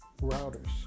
routers